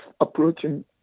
approaching